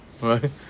right